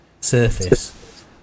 surface